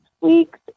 weeks